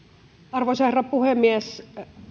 arvoisa herra puhemies